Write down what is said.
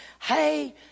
Hey